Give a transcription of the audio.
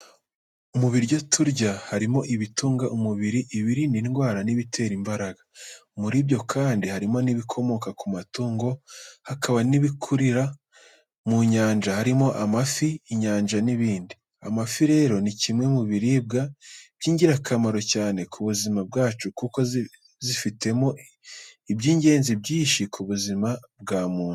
Mu biryo turya harimo ibitunga umubiri, ibirinda indwara n'ibitera imbaraga. Muri byo kandi harimo n'ibikomoka ku matungo, hakaba n'ibikurira mu nyanja harimo amafi, injanga n'ibindi. Amafi rero ni kimwe mu biribwa by'ingirakamaro cyane ku buzima bwacu kuko zifitemo iby'ingenzi byinshi ku buzima bwa muntu.